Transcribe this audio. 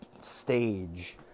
stage